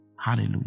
hallelujah